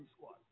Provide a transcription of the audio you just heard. squad